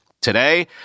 Today